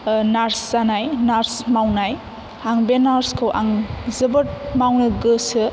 ओह नार्स जानाय नार्स मावनाय आं बे नार्सखौ आं जोबोद मावनो गोसो